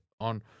on